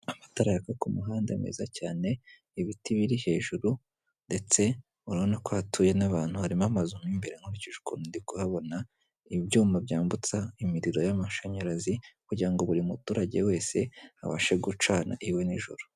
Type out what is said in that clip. Amatara yaka ku muhanda meza cyane, ibiti biri hejuru ndetse urabona ko hatuye n'abantu, harimo amazu mo imbere nkurikije ukuntu ndi kuhabona, ibyuma byambutsa imiriro y'amashanyarazi, kugira ngo buri muturage wese abashe gucana iwe nijoro.